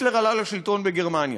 היטלר עלה לשלטון בגרמניה.